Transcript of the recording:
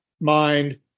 mind